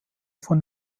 von